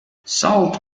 salt